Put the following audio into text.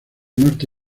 norte